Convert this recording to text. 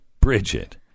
Bridget